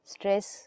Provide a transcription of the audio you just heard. Stress